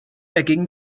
erging